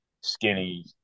skinny